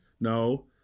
No